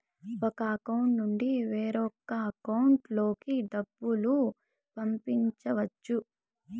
ఒక అకౌంట్ నుండి వేరొక అకౌంట్ లోకి డబ్బులు పంపించవచ్చు